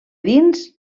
dins